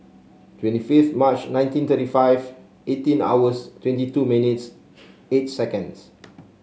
twenty fifth March nineteen thirty five eighteen hours twenty two minutes eight seconds